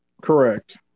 Correct